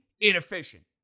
inefficient